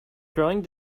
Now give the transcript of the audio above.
growing